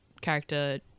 character